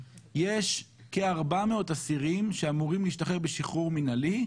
יש כ-400 אסירים שאמורים להשתחרר בשחרור מינהלי,